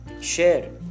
share